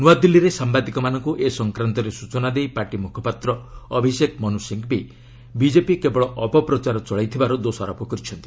ନ୍ତଆଦିଲ୍ଲୀରେ ସାମ୍ଭାଦିକମାନଙ୍କୁ ଏ ସଂକ୍ରାନ୍ତରେ ସୂଚନା ଦେଇ ପାର୍ଟି ମୁଖପାତ୍ର ଅଭିଷେକ ମନୁ ସିଂଘଭି ବିଜେପି କେବଳ ଅପପ୍ରଚାର ଚଳାଇଥିବାର ଦୋଷାରୋପ କରିଛନ୍ତି